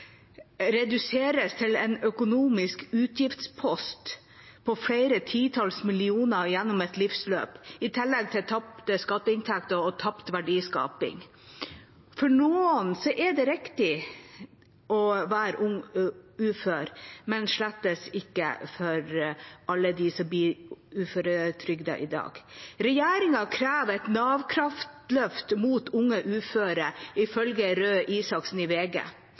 reduseres til en økonomisk utgiftspost på flere titalls millioner gjennom et livsløp – i tillegg til tapte skatteinntekter og tapt verdiskaping. For noen er det riktig å være ung ufør, men slett ikke for alle dem som blir uføretrygdet i dag. Regjeringen «Krever NAV-kraftløft mot uføre», ifølge Røe Isaksen i VG.